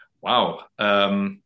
Wow